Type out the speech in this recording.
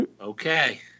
Okay